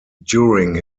during